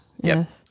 Yes